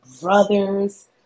brothers